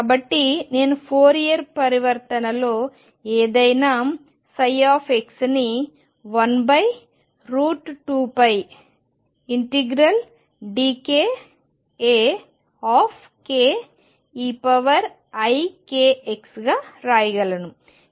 కాబట్టి నేను ఫోరియర్ పరివర్తనలో ఏదైనా ψని 12π ∫dk A eikx గా రాయగలను